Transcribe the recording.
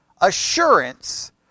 assurance